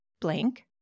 blank